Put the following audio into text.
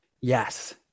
Yes